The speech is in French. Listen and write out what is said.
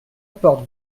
porte